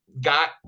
got